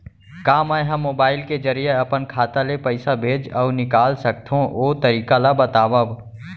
का मै ह मोबाइल के जरिए अपन खाता ले पइसा भेज अऊ निकाल सकथों, ओ तरीका ला बतावव?